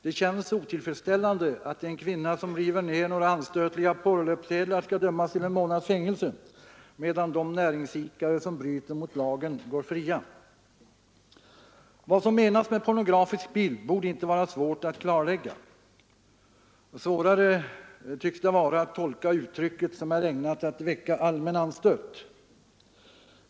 Det känns otillfredsställande att en kvinna som river ner några anstötliga porrlöpsedlar skall dömas till en månads fängelse, medan de näringsidkare som bryter mot lagen går fria. Vad som menas med pornografisk bild borde inte vara svårt att klarlägga. Svårare tycks det vara att tolka uttrycket ”ägnat att väcka allmän anstöt”.